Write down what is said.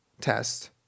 test